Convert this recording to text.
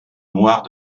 noires